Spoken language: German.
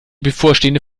bevorstehende